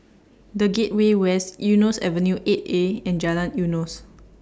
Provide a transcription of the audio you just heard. The Gateway West Eunos Avenue eight A and Jalan Eunos